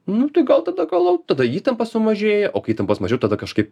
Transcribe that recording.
nu tai gal tada gal laukt tada įtampa sumažėja o kai įtampos mažiau tada kažkaip